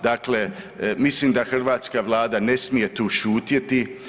Dakle, mislim da hrvatska Vlada ne smije tu šutjeti.